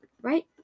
right